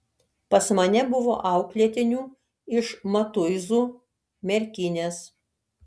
pas mane buvo auklėtinių iš matuizų merkinės